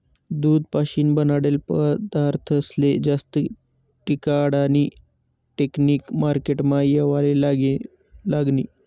दूध पाशीन बनाडेल पदारथस्ले जास्त टिकाडानी टेकनिक मार्केटमा येवाले लागनी